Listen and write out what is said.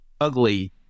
ugly